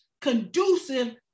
conducive